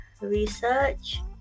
research